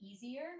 easier